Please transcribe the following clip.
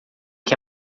que